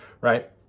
right